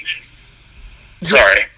sorry